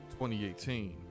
2018